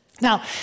Now